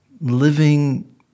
living